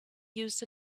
used